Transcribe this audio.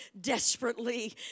desperately